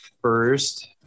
first